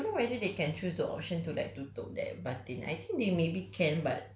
correct I but I don't know whether they can choose that option to tutup that batin I think